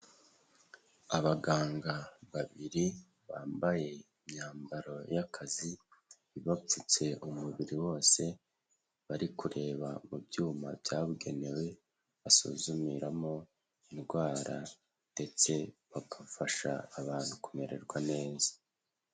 Abaganga babiri bambaye imyambaro y'akazi ibapfutse umubiri wose. Bari kureba mu byuma byabugenewe basuzumiramo indwara ndetse bagafasha abantu kumererwa neza.